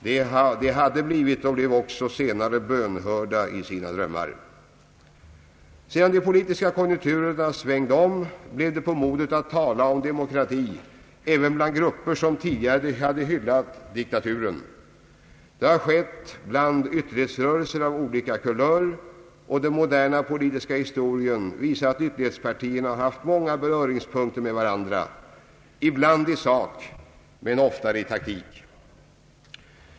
De hade blivit och blev också senare bönhörda i sina drömmar. Sedan de politiska konjunkturerna svängde om blev det på modet att tala om demokrati även bland grupper som tidigare hade hyllat diktaturen. Det har skett bland ytterlighetsrörelser av olika kulörer, och den moderna politiska historien visar att ytterlighetspartierna 100 Nr 36 Allmänpolitisk debatt har haft många beröringspunkter med varandra. Ibland i sak, men oftare i taktik.